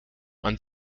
man